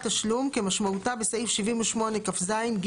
תשלום" - כמשמעותה בסעיף 78כז(ג);